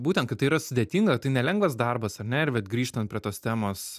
būtent kad tai yra sudėtinga tai nelengvas darbas ar ne ir vat grįžtant prie tos temos